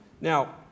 Now